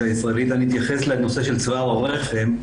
הישראלית אני אתייחס לנושא של צוואר הרחם.